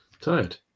Tired